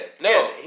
no